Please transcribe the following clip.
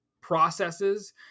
processes